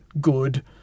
good